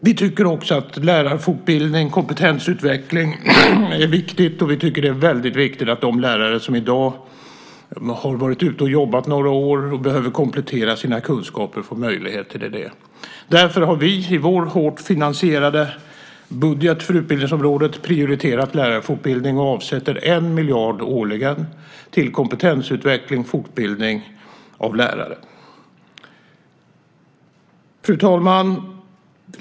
Vi tycker också att lärarfortbildning och kompetensutveckling är viktiga, och vi tycker att det är väldigt viktigt att de lärare som i dag har varit ute och jobbat några år och behöver komplettera sina kunskaper får möjlighet till det. Därför har vi i vår hårt finansierade budget för utbildningsområdet prioriterat lärarfortbildning och avsätter 1 miljard årligen till kompetensutveckling och fortbildning av lärare. Fru talman!